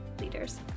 Leaders